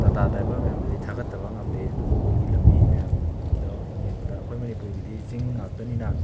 Tata driver ꯃꯌꯥꯝꯗꯨꯗꯤ ꯊꯥꯒꯠꯇꯕ ꯉꯝꯗꯦ ꯑꯗꯨꯒ ꯃꯣꯏꯒꯤ ꯂꯝꯕꯤ ꯃꯌꯥꯝꯗ ꯌꯦꯡꯕꯗ ꯑꯩꯈꯣꯏ ꯃꯅꯤꯄꯨꯔꯒꯤꯗꯤ ꯆꯤꯡ ꯉꯥꯛꯇꯅꯤꯅ